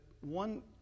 one